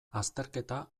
azterketa